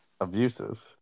Abusive